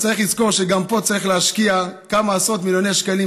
אבל צריך לזכור שגם פה צריך להשקיע כמה עשרות מיליוני שקלים,